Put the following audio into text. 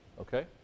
Okay